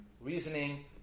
reasoning